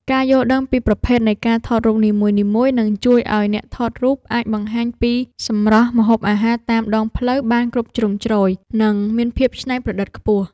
ការយល់ដឹងពីប្រភេទនៃការថតរូបនីមួយៗ នឹងជួយឱ្យអ្នកថតរូបអាចបង្ហាញពីសម្រស់ម្ហូបអាហារតាមដងផ្លូវបានគ្រប់ជ្រុងជ្រោយ និងមានភាពច្នៃប្រឌិតខ្ពស់។